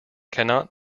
cannot